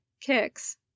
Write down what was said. kicks